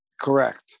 Correct